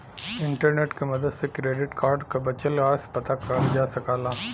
internet के मदद से क्रेडिट कार्ड क बचल राशि पता करल जा सकला